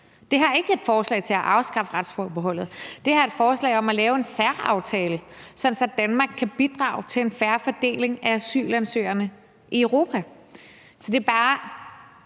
Det her er ikke et forslag om at afskaffe retsforbeholdet. Det her er et forslag om at lave en særaftale, sådan at Danmark kan bidrage til en fair fordeling af asylansøgerne i Europa. Det kunne bare